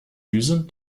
düsen